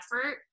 effort